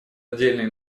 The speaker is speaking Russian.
отдельные